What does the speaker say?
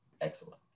excellent